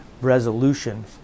resolution